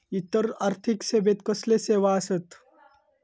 इतर आर्थिक सेवेत कसले सेवा आसत?